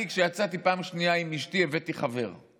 אני, כשיצאתי בפעם השנייה עם אשתי, הבאתי חבר.